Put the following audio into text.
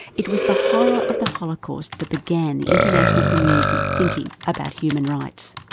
it was the horror of the holocaust that began the international community thinking about human rights.